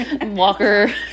walker